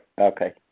Okay